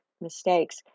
mistakes